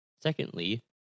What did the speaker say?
Secondly